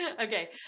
Okay